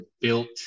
built